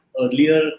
Earlier